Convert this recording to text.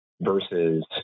Versus